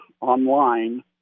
online